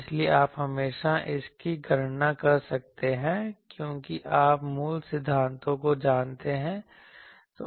इसलिए आप हमेशा इसकी गणना कर सकते हैं क्योंकि आप मूल सिद्धांतों को जानते हैं